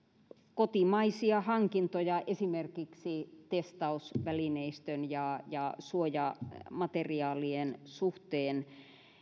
kotimaisia hankintoja esimerkiksi testausvälineistön ja ja suojamateriaalien suhteen